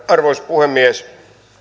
arvoisa puhemies